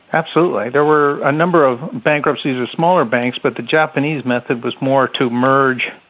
absolutely. there were a number of bankruptcies of smaller banks, but the japanese method was more to merge,